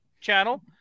channel